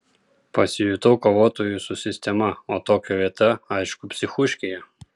pasijutau kovotoju su sistema o tokio vieta aišku psichuškėje